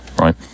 right